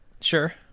Sure